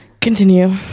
Continue